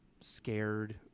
scared